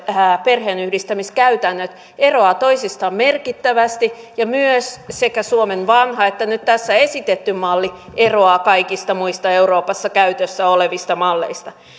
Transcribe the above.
perheenyhdistämiskäytännöt eroavat toisistaan merkittävästi myös sekä suomen vanha että nyt tässä esitetty malli eroavat kaikista muista euroopassa käytössä olevista malleista